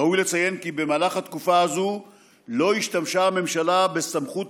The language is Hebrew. ראוי לציין כי במהלך התקופה הזאת לא השתמשה הממשלה בסמכות